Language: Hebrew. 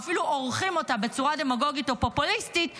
או אפילו עורכים אותה בצורה דמגוגית או פופוליסטית,